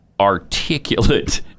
articulate